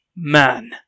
Man